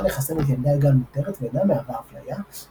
לחסן את ילדי הגן מותרת ואינה מהווה אפליה,